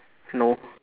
no